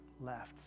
left